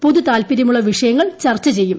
പൊതു താല്പരൃമുള്ള വിഷയങ്ങൾ ചർച്ച ചെയ്യും